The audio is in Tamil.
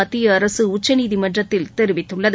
மத்திய அரசு உச்சநீதிமன்றத்தில் தெரிவித்துள்ளது